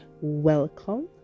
Welcome